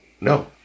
No